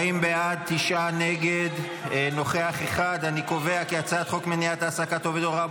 ההצעה להעביר את הצעת חוק מניעת העסקת עובד הוראה